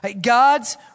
God's